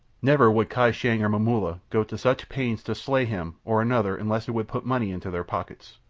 never would kai shang or momulla go to such pains to slay him or another unless it would put money into their pockets,